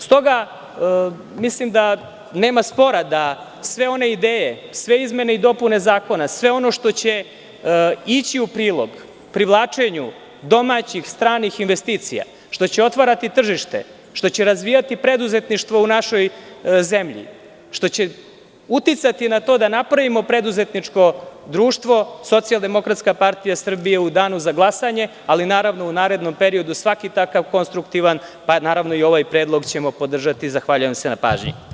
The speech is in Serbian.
Stoga mislim da nema spora da sve one ideje, izmene i dopune zakona, sve ono što će ići u prilog, privlačenju domaćih i stranih investicija, što će otvarati tržište, što će razvijati preduzetništvo u našoj zemlji, što će uticati na to da napravimo preduzetničko društvo, SDPS u danu za glasanje, ali naravno, u narednom periodu svaki takav konstruktivan, pa naravno i ovakav ćemo podržati i zahvaljujem se na pažnji.